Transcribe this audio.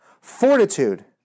Fortitude